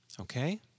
Okay